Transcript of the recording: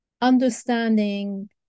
understanding